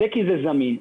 זה משום שזה זמין.